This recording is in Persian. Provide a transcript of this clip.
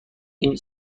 این